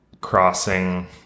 crossing